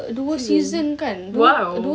season !wow!